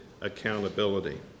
accountability